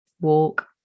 walk